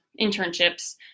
internships